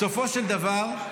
בסופו של דבר,